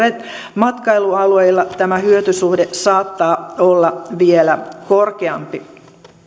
matkailualueilla tämä hyötysuhde saattaa olla vielä korkeampi